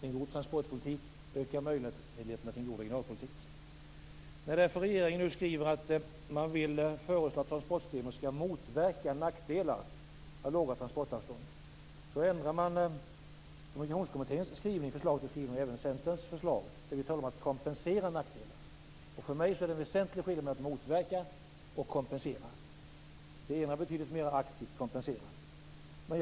En god transportpolitik ökar möjligheterna till en god regionalpolitik. När regeringen nu skriver att man förutsätter att transportsystemet skall motverka nackdelar av långa transportavstånd går man därför ifrån Kommunikationskommitténs och även Centerns förslag till skrivningar. Man skriver om att kompensera nackdelarna. För mig är det en väsentlig skillnad mellan att motverka och att kompensera. Motverka är betydligt mera aktivt än att kompensera.